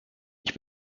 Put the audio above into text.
ich